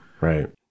right